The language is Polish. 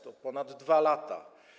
To ponad 2 lata.